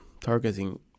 targeting